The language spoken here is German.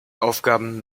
aufgaben